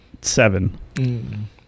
Seven